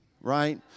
right